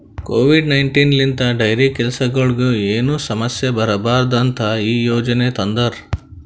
Covid nineteen ಲಿಂತ್ dairy ಕೆಲಸಗೊಳಿಗ್ ಏನು ಸಮಸ್ಯ ಬರಬಾರದು ಅಂತ್ ಈ ಯೋಜನೆ ತಂದಾರ್